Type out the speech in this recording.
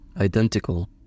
identical